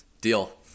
Deal